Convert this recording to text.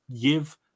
give